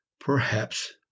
Perhaps